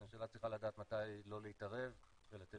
ממשלה צריכה לדעת מתי לא להתערב ולתת לשוק.